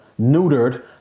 neutered